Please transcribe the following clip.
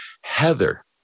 Heather